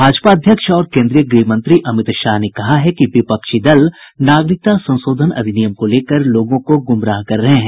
भाजपा अध्यक्ष और केंद्रीय गृह मंत्री अमित शाह ने कहा है कि विपक्षी दल नागरिकता संशोधन अधिनियम को लेकर लोगों को गुमराह कर रहे हैं